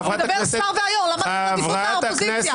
מדבר שר והיו"ר, למה לתת עדיפות לאופוזיציה?